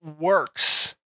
works